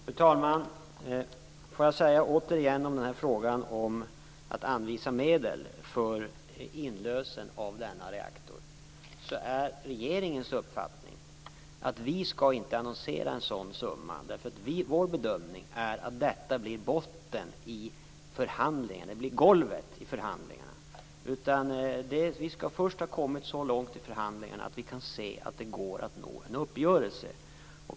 Fru talman! Låt mig återigen säga att när det gäller frågan om att anvisa medel för inlösen av denna reaktor är det regeringens uppfattning att vi inte skall annonsera en sådan summa. Vår bedömning är att detta blir golvet i förhandlingarna. Vi skall först ha kommit så långt i förhandlingarna att vi kan se att det går att nå en uppgörelse.